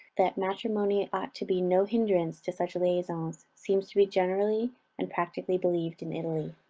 that matrimony ought to be no hindrance to such liaisons, seems to be generally and practically believed in italy.